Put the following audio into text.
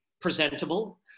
presentable